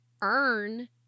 earn